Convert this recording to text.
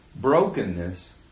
Brokenness